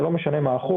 זה לא משנה מה החוק,